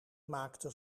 maakte